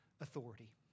authority